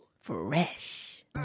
Fresh